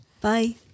Bye